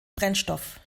brennstoff